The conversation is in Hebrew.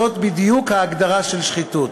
זו בדיוק ההגדרה של שחיתות.